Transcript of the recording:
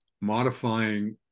modifying